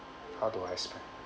how do I spend